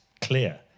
clear